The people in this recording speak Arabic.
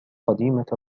قديمة